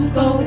go